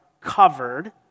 covered